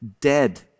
dead